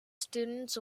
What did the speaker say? students